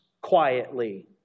quietly